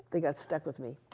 they got stuck with me.